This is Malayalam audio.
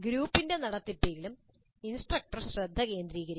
ഗ്രൂപ്പിന്റെ നടത്തിപ്പിലും ഇൻസ്ട്രക്ടർ ശ്രദ്ധ കേന്ദ്രീകരിക്കണം